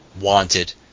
wanted